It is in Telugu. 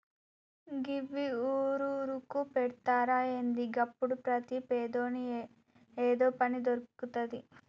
గివ్వి ఊరూరుకు పెడ్తరా ఏంది? గప్పుడు ప్రతి పేదోని ఏదో పని దొర్కుతది